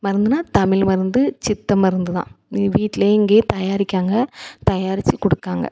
மருந்துன்னால் தமிழ் மருந்து சித்த மருந்துதான் இது வீட்டிலே இங்கேயே தயாரிக்றாங்க தயாரித்து கொடுக்காங்க